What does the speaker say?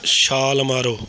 ਛਾਲ ਮਾਰੋ